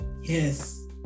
yes